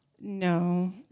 No